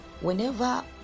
Whenever